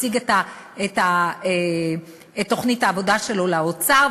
הציג את תוכנית העבודה שלו לאוצר,